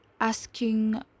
asking